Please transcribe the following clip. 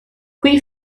qui